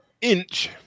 Inch